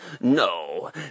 No